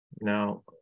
Now